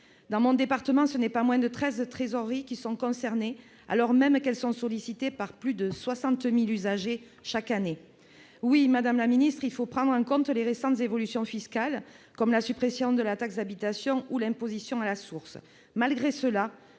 Dans mon département, pas moins de treize trésoreries sont concernées, alors même qu'elles sont sollicitées par plus de 60 000 usagers chaque année. Oui, madame la secrétaire d'État, il faut prendre en compte les récentes évolutions fiscales, telles que la suppression de la taxe d'habitation ou l'imposition à la source. Toutefois,